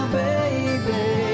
baby